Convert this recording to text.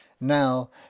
now